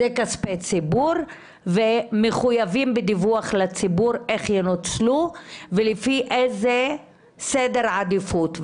אלה כספי ציבור שמחויבים בדיווח לציבור אם ינוצלו ולפי איזה סדר עדיפות.